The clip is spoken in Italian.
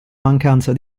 mancanza